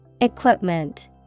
Equipment